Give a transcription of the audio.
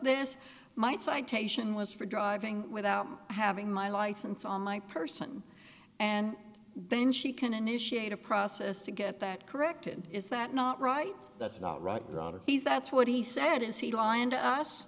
this might citation was for driving without having my license on my person and then she can initiate a process to get that corrected is that not right that's not right he's that's what he said is he lying to us